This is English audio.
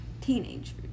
Teenagers